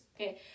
okay